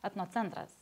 etno centras